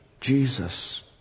Jesus